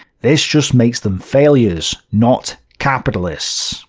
this just makes them failures, not capitalists.